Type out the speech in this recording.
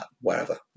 wherever